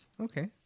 Okay